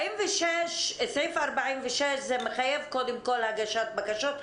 סעיף 46 מחייב קודם כל הגשת בקשות.